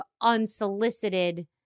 unsolicited